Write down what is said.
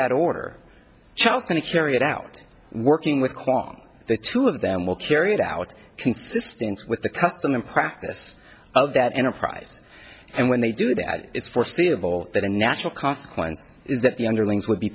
that order charles going to carry it out working with kong the two of them will carry it out consistent with the custom and practice of that enterprise and when they do that it's foreseeable that a natural consequence is that the underlings would be